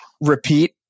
repeat